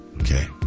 Okay